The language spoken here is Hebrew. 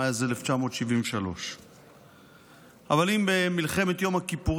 מאז 1973. אבל אם במלחמת יום הכיפורים